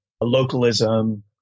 localism